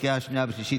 לקריאה השנייה והשלישית,